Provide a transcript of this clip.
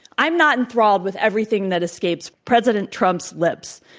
i'm not enthralled with everything that escapes president trump's lips,